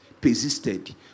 persisted